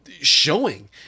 showing